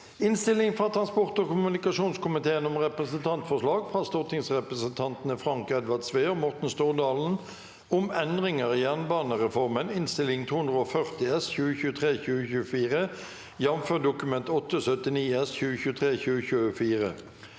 Innstilling fra transport- og kommunikasjonskomiteen om Representantforslag fra stortingsrepresentantene Frank Edvard Sve og Morten Stordalen om endringer i jernbanereformen (Innst. 240 S (2023–2024), jf. Dokument 8:79 S